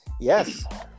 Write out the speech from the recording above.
yes